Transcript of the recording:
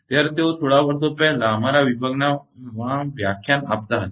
જ્યારે તેઓ થોડા વર્ષો પહેલા અમારા વિભાગમાં વ્યાખ્યાન આપતા હતો